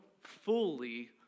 fully